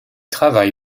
travaille